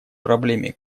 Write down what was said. проблеме